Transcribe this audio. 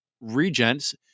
regents